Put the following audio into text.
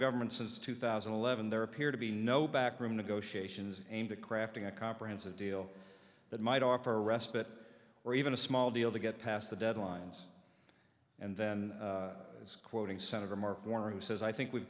government since two thousand and eleven there appear to be no backroom negotiations aimed at crafting a comprehensive deal that might offer a respite or even a small deal to get past the deadlines and then it's quoting senator mark warner who says i think we've